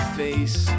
face